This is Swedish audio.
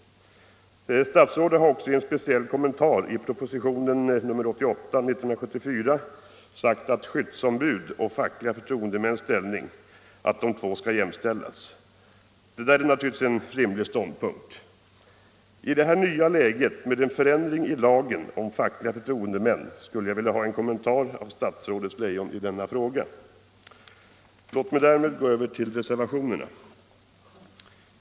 Statsrådet har också i en speciell kommentar i propositionen 1974:88 sagt att skyddsombud och fackliga förtroendemän skall jämställas. Detta är naturligtvis en rimlig ståndpunkt. I det här nya läget, med en förändring i lagen om fackliga förtroendemän, skulle jag vilja ha en kommentar av statsrådet Leijon i denna fråga. Låt mig därefter gå över till reservationerna.